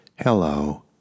Hello